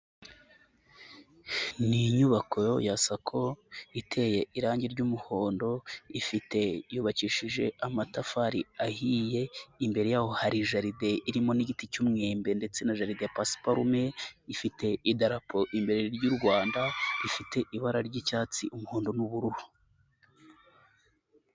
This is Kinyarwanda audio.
Ni inyubako ya SACCO iteye irangi ry'umuhondo, ifite yubakishije amatafari ahiye, imbere y'aho hari jaride irimo n'igiti cy'umwembe ndetse na jaride ya pasiparume, ifite idarapo imbere ry'u Rwanda rifite ibara ry'icyatsi, umuhondo n'ubururu.